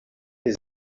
his